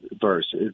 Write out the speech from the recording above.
verse